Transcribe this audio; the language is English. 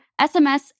SMS